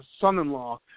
son-in-law